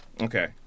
Okay